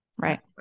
right